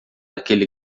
aquele